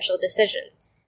decisions